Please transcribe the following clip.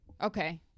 Okay